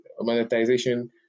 Monetization